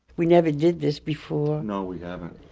we never did this before. no we haven't.